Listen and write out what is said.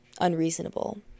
unreasonable